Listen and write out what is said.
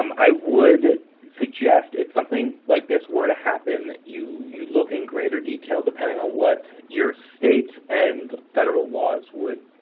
um i would suggest if something like this were to happen that you look in greater detail, depending on what your state and federal laws would